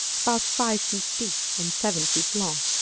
about five feet deep and seven feet long,